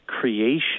creation